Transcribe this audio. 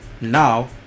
now